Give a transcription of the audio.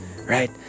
right